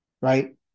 right